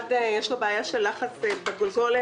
לאחד מהם יש בעיה של לחץ בגולגולת.